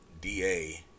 D-A